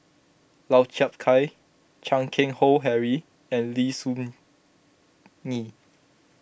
Lau Chiap Khai Chan Keng Howe Harry and Lim Soo Ngee